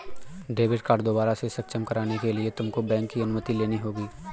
debit card दोबारा से सक्षम कराने के लिए तुमको बैंक की अनुमति लेनी होगी